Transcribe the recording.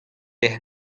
dezho